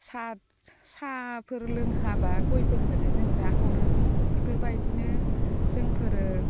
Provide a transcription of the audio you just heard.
साहफोर लोंहोआबा गयफोरखौनो जों जाहोहरो बेफोरबायदिनो जोंफोरो